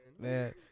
Man